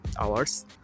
hours